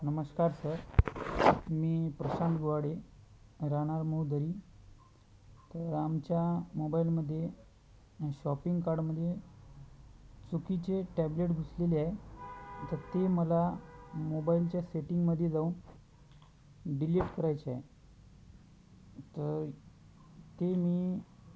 नमस्कार सर मी प्रशांत गुवाडे राहणार मोहदरी तर आमच्या मोबाईलमध्ये शॉपिंग कार्डमध्ये चुकीचे टॅब्लेट घुसलेले आहे तर ते मला मोबाईलच्या सेटिंगमध्ये जाऊन डिलीट करायचे आहे तर ते मी